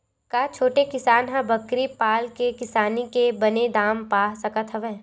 का छोटे किसान ह बकरी पाल के किसानी के बने दाम पा सकत हवय?